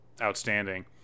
outstanding